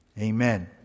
amen